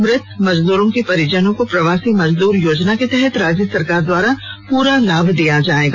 मृत मजदूरों के परिजनों को प्रवासी मजदूर योजना के तहत राज्य सरकार द्वारा संपूर्ण लाभ दिया जाएगा